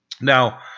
Now